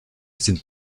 sind